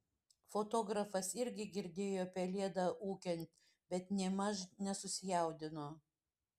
fotografas irgi girdėjo pelėdą ūkiant bet nėmaž nesusijaudino